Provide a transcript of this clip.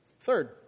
Third